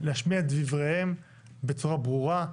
להשמיע את דבריהם בצורה ברורה.